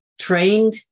trained